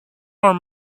are